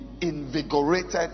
invigorated